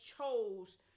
chose